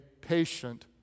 patient